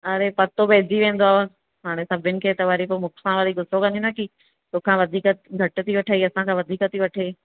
अरे पतो पइजी वेंदो हाणे सभिनि खे त वरी पोइ मूंखां वरी गुस्सो कंदी ना की तोखां वधीक घटि थी वठई असांसां वधीक थी वठे